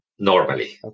Normally